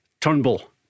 Turnbull